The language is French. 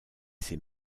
ses